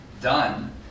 done